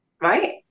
right